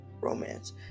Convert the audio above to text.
romance